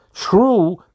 True